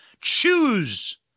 choose